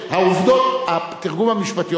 התרגום המשפטי.